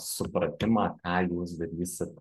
supratimą ką jūs darysit